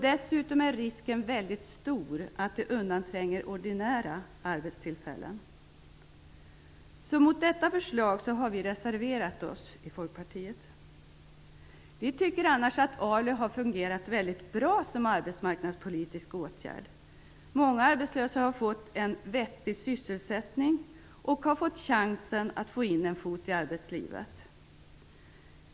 Dessutom är risken väldigt stor att det undantränger ordinära arbetstillfällen. Mot detta förslag har vi i Folkpartiet således reserverat oss. Vi tycker annars att ALU har fungerat väldigt bra som arbetsmarknadspolitisk åtgärd. Många arbetslösa har fått en vettig sysselsättning och har även fått chansen att få in en fot i arbetslivet.